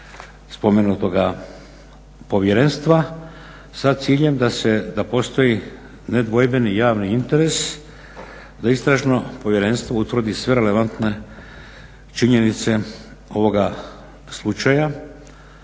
spomenutoga povjerenstva sa ciljem da postoji nedvojbeni javni interes da istražno povjerenstvo utvrdi sve relevantne činjenice ovoga slučaja.